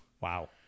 Wow